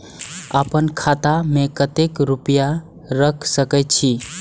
आपन खाता में केते रूपया रख सके छी?